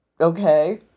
okay